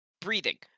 breathing